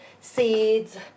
seeds